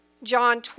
John